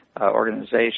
organization